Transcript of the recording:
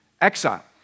exile